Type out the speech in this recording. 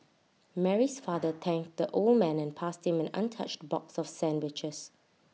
Mary's father thanked the old man and passed him an untouched box of sandwiches